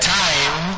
time